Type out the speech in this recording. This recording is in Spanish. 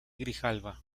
grijalba